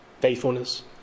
faithfulness